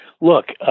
look